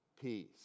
peace